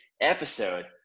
episode